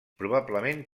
probablement